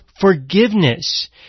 forgiveness